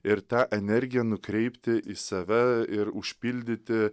ir tą energiją nukreipti į save ir užpildyti